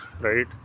right